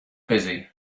busy